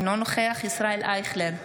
אינו נוכח ישראל אייכלר,